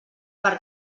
per